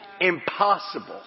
Impossible